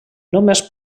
només